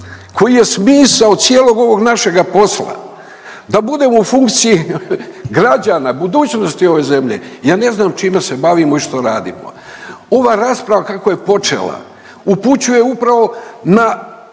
koji je smisao cijelog ovog našega posla, da budemo u funkciji građana, budućnosti ove zemlje, ja ne znam čime se bavimo i što radimo. Ova rasprava kako je počela upućuje upravo na